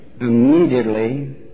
immediately